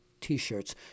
t-shirts